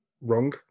wrong